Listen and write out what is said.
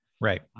Right